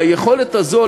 והיכולת הזאת,